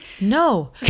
No